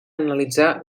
analitzar